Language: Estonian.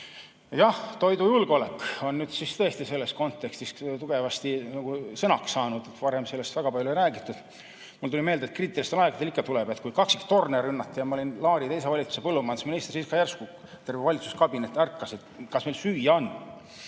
Jah, toidujulgeolek on tõesti selles kontekstis tugevasti sõnaks saanud, varem sellest väga palju ei räägitud. Mulle tuli meelde, et kriitilistel aegadel ikka tuleb see jutuks. Kui kaksiktorne rünnati ja ma olin Laari teises valitsuses põllumajandusminister, siis ka järsku terve valitsuskabinet ärkas: kas meil süüa on?